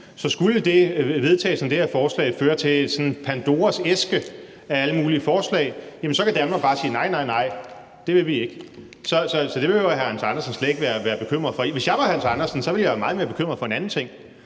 Så skulle vedtagelsen af det her forslag føre til sådan en Pandoras æske af alle mulige forslag, kan Danmark bare sige: Nej, nej, nej, det vil vi ikke. Så det behøver Hans Andersen slet ikke at være bekymret for. Hvis jeg var Hans Andersen, ville jeg være meget mere bekymret for en anden ting,